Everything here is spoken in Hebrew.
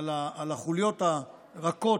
על החוליות הרכות,